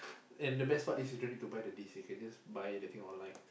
and the best part is you don't need to buy the disk you can just buy the thing online